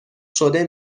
شده